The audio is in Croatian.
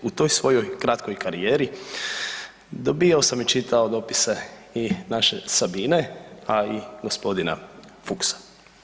U toj svojoj kratkoj karijeri dobijao sam i čitao dopise i naše Sabine a i gospodina Fuchsa.